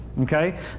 okay